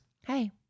Hey